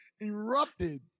erupted